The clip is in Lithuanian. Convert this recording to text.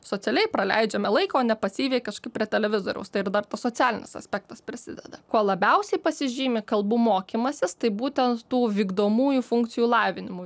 socialiai praleidžiame laiką o ne pasyviai kažkaip prie televizoriaus tai ir dar tas socialinis aspektas prisideda kuo labiausiai pasižymi kalbų mokymasis tai būtent tų vykdomųjų funkcijų lavinimu